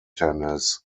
tennis